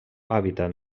hàbitat